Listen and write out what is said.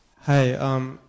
Hi